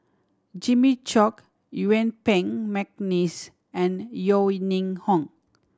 Jimmy Chok Yuen Peng McNeice and Yeo Ning Hong